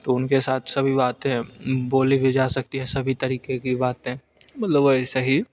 तो उनके साथ सभी बातें बोली भी जा सकती हैं सभी तरीक़े की बातें मतलब वैसे ही